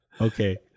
Okay